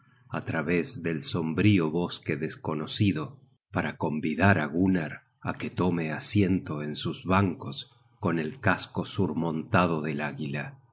á través del sombrío bosque desconocido para convidar á gunnar á que tome asiento en sus bancos con el casco surmontado del águila